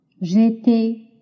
j'étais